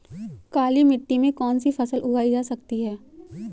काली मिट्टी में कौनसी फसल उगाई जा सकती है?